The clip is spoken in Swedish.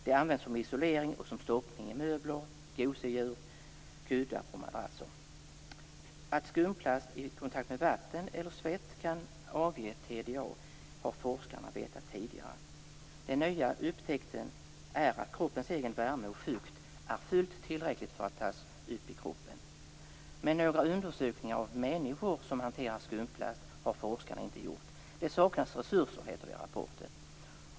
Det används som isolering och som stoppning i möbler, gosedjur, kuddar och madrasser. Att skumplast i kontakt med vatten eller svett kan avge TDA har forskarna vetat tidigare. Den nya upptäckten är att kroppens egen värme och fukt är fullt tillräcklig för att ämnet tas upp i kroppen. Men några undersökningar av människor som hanterar skumplast har forskarna inte gjort. Det saknas resurser, heter det i rapporten.